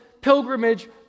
pilgrimage